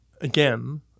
again